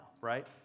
right